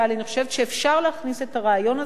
אני חושבת שאפשר להכניס את הרעיון הזה.